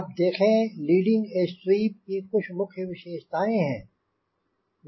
आप देखें leading edge sweep की कुछ मुख्य विशेषताएँ हैं